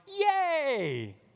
yay